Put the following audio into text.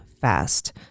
fast